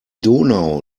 donau